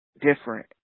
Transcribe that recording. different